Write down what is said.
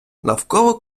навколо